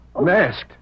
Masked